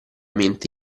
mente